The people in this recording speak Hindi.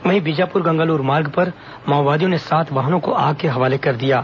वहीं बीजापुर गंगालूर मार्ग पर माओवादियों ने सात वाहनों को आग के हवाले कर दिया है